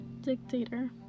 dictator